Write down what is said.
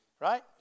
Right